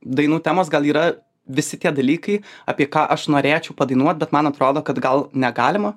dainų temos gal yra visi tie dalykai apie ką aš norėčiau padainuot bet man atrodo kad gal negalima